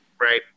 Right